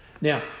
Now